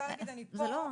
כמובן שלא.